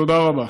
תודה רבה.